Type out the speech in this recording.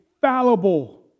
fallible